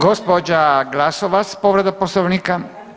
Gospođa Glasovac povreda poslovnika.